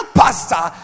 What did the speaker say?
pastor